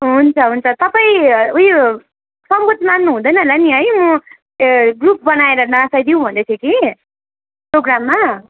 हुन्छ हुन्छ तपाईँ उयो सङ्कोच मान्नुहुँदैन होला नि है म ए ग्रुप बनाएर नचाइदिउँ भनेको थिएँ कि प्रोग्राममा